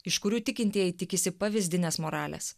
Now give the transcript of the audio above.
iš kurių tikintieji tikisi pavyzdinės moralės